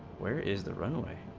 where is the runway